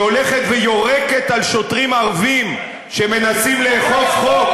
שהולכת ויורקת על שוטרים ערבים שמנסים לאכוף חוק?